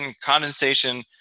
condensation